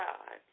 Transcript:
God